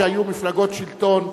שהיו מפלגות שלטון,